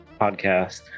podcast